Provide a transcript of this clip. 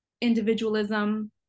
individualism